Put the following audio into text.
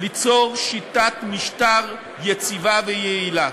ליצור שיטת משטר יציבה ויעילה.